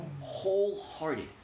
Wholehearted